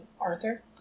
Arthur